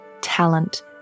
talent